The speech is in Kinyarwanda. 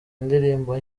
indirimbo